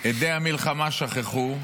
הדי המלחמה שככו,